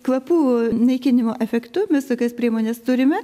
kvapų naikinimo efektu mes tokias priemones turime